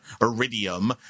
iridium